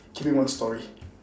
give me one story